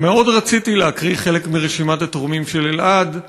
מאוד רציתי להקריא חלק מרשימת התורמים של אלע"ד,